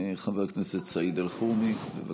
חבר הכנסת סעיד אלחרומי, בבקשה.